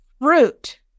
fruit